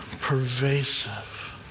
pervasive